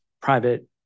private